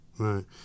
Right